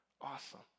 Awesome